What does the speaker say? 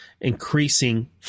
increasing